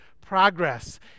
progress